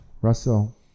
Russell